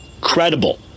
credible